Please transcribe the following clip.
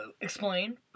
explain